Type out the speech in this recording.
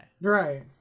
Right